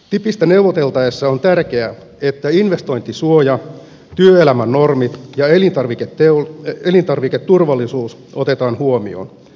ttipstä neuvoteltaessa on tärkeää että investointisuoja työelämän normit ja elintarviketurvallisuus otetaan huomioon